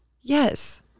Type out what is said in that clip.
Yes